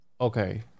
okay